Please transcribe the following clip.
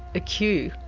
a cue,